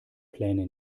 pläne